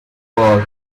ward